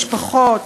משפחות,